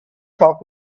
talk